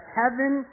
heaven